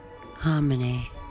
harmony